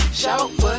shout